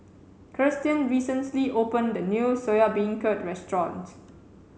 Kirstin recently opened a new Soya Beancurd Restaurant